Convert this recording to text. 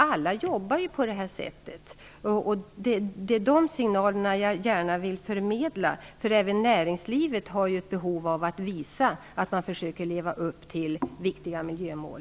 Alla jobbar med dessa frågor. Jag vill gärna förmedla dessa signaler. Även näringslivet har behov av att visa att de lever upp till viktiga miljömål.